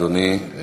תודה, אדוני.